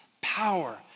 power